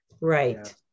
right